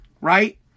right